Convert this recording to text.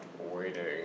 waiting